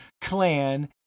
clan